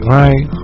right